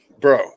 Bro